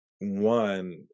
one